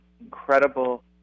incredible